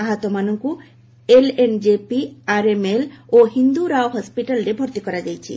ଆହତମାନଙ୍କୁ LNJP RML ଓ ହିନ୍ଦୁ ରାଓ ହସିଟାଲ୍ରେ ଭର୍ତ୍ତି କରାଯାଇଛି